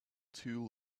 too